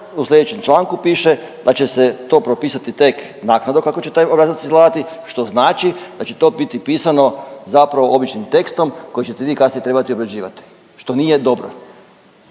u slijedećem članku piše da će se to propisati tek naknadno kako će taj obrazac izgledati, što znači da će to biti pisano zapravo običnim tekstom koji ćete vi kasnije trebati obrađivati, što nije dobro.